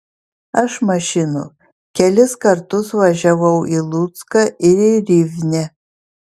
aš mašinų kelis kartus važiavau ir lucką ir į rivnę